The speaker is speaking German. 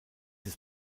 ist